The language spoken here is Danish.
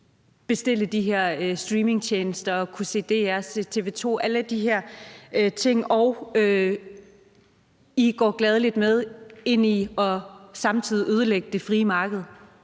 bestille de her streamingtjenester og kunne se DR og TV 2, alle de her ting. SF går gladelig med til det og til samtidig at ødelægge det frie marked.